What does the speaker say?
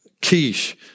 quiche